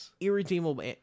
Irredeemable